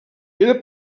era